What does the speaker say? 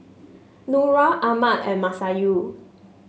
Nura Ahmad and Masayu